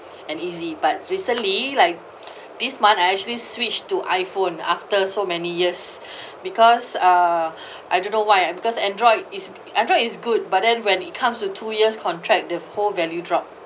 and easy but recently like this month I actually switched to iphone after so many years because uh I don't know why ah because android is android is good but then when it comes to two years contract the whole value drop